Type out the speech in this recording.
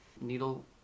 needle